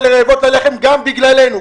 הסייעות האלה רעבות ללחם גם בגללנו.